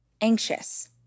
anxious